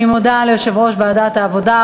אני מודה ליושב-ראש ועדת העבודה,